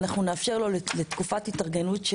נאפשר לו תקופת התארגנות.